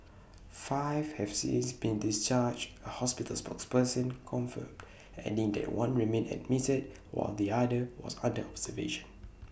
five have since been discharged A hospital spokesperson confirmed adding that one remained admitted while the other was under observation